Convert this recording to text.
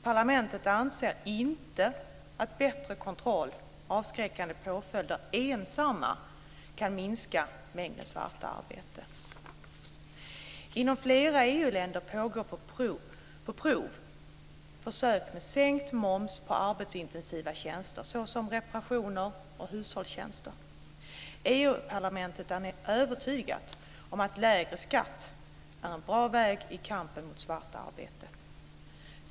Parlamentet anser inte att enbart bättre kontroll och avskräckande påföljder kan minska mängden svart arbete. Inom flera EU-länder pågår försök med sänkt moms på arbetsintensiva tjänster, såsom reparationsoch hushållstjänster. EU-parlamentet är övertygat om att lägre skatt är en bra väg i kampen mot svart arbete.